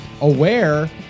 aware